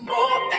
More